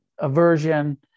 aversion